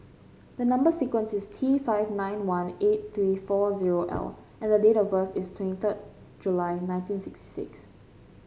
the number sequence is T five nine one eight three four zero L and the date of birth is twenty third July nineteen sixty six